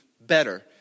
better